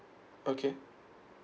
okay